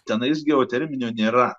tenais geoterminio nėra